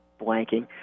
blanking